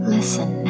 Listen